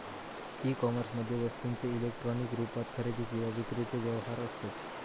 E कोमर्समध्ये वस्तूंचे electronic रुपात खरेदी किंवा विक्रीचे व्यवहार असत